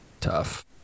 Tough